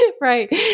Right